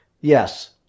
Yes